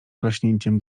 klaśnięciem